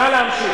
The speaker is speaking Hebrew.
נא להמשיך.